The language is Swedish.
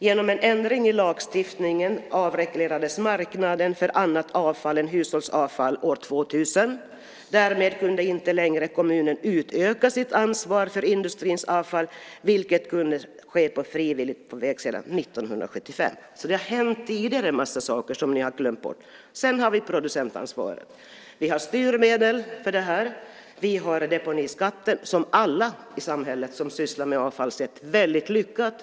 Genom en ändring i lagstiftningen avreglerades marknaden för annat avfall än hushållsavfall år 2000. Därmed kunde inte längre kommunen utöka sitt ansvar för industrins avfall, vilket kunnat ske på frivillig väg sedan 1975. Det har hänt en massa saker tidigare som ni har glömt bort. Sedan har vi producentansvaret. Vi har styrmedel för det. Vi har deponiskatten, som alla i samhället som sysslar med avfall säger är väldigt lyckad.